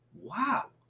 wow